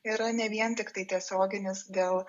yra ne vien tiktai tiesioginis dėl